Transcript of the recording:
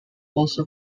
also